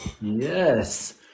Yes